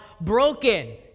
broken